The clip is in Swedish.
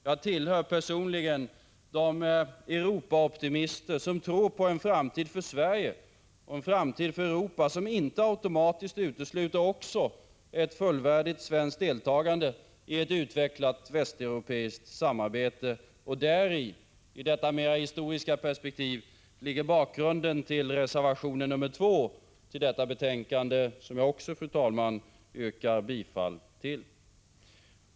Jag tillhör personligen de Europaoptimister som tror på en framtid för Sverige och en framtid för Europa som inte alltid utesluter ett fullvärdigt svenskt deltagande i ett utvecklat västeuropeiskt samarbete. Detta mer historiska perspektiv ligger bakom reservation 2 till detta betänkande, som jag också, fru talman, yrkar bifall till.